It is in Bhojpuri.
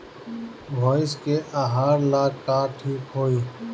भइस के आहार ला का ठिक होई?